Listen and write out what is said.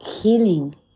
healing